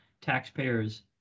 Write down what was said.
taxpayers